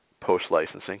post-licensing